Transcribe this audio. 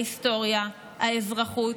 ההיסטוריה, האזרחות,